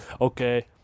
okay